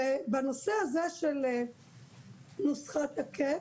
בנושא הזה של נוסחת הקאפ,